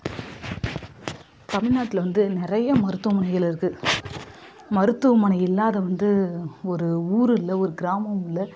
தமிழ்நாட்டில் வந்து நிறைய மருத்துவமனைகள் இருக்குது மருத்துவமனை இல்லாத வந்து ஒரு ஊர் இல்லை ஒரு கிராமம் இல்லை